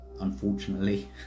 unfortunately